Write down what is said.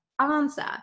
answer